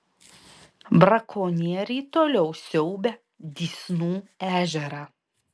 brakonieriai toliau siaubia dysnų ežerą